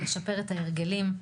לשפר את ההרגלים,